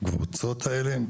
בקבוצות האלה,